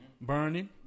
burning